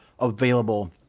available